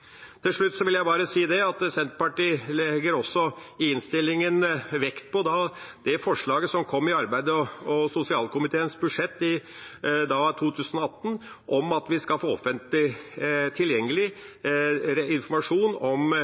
Til slutt vil jeg bare si at Senterpartiet også i innstillingen legger vekt på det forslaget som kom i arbeids- og sosialkomiteens budsjett i 2018 om at vi skal få offentlig tilgjengelig informasjon om